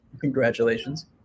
Congratulations